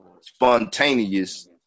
spontaneous